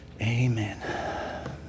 Amen